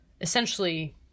essentially